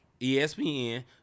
ESPN